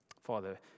Father